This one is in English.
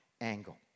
angle